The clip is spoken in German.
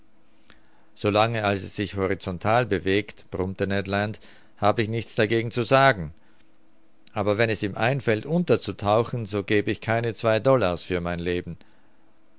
als es sich horizontal bewegt brummte ned land hab ich nichts dagegen zu sagen aber wenn es ihm einfällt unterzutauchen so gäb ich keine zwei dollars für mein leben